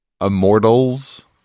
immortals